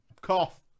Cough